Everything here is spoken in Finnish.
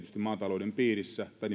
maatalouden piirissä ja